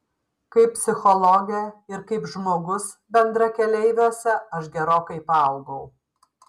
kaip psichologė ir kaip žmogus bendrakeleiviuose aš gerokai paaugau